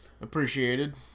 Appreciated